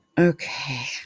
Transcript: Okay